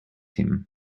him